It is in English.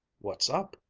what's up?